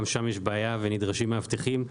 גם שם יש בעיה ונדרשים מאבטחים,